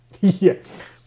Yes